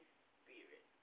spirit